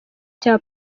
cya